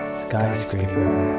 skyscraper